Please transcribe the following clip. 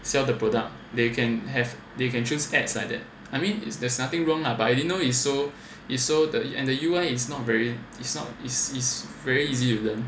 sell the product they can have they can choose ads like that I mean it's there's nothing wrong ah but I didn't know is so is so the you and the you [one] is not very is is is very easy to learn